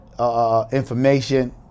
Information